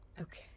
Okay